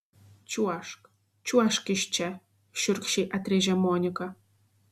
čiuožk čiuožk iš čia šiurkščiai atrėžė monika